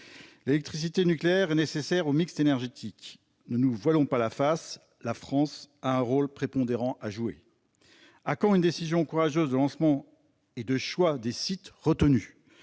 L'électricité nucléaire est nécessaire au mix énergétique. Ne nous voilons pas la face, la France a un rôle prépondérant à jouer. À quand une décision courageuse concernant le lancement de ces projets et le choix des sites retenus ?